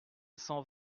cent